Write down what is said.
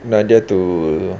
nadia to